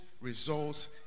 results